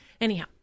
Anyhow